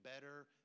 better